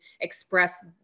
express